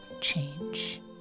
change